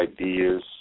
ideas